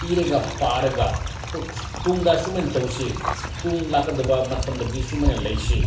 ꯏꯔꯒ ꯄꯥꯔꯒ ꯇꯨꯡꯗ ꯑꯁꯨꯃꯥꯏꯅ ꯇꯧꯁꯤ ꯇꯨꯡ ꯂꯥꯛꯀꯗꯕ ꯃꯇꯝꯗꯗꯤ ꯁꯨꯃꯥꯏꯅ ꯂꯩꯁꯤ